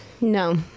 No